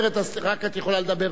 ואת יכולה לדבר רק באמצעותי.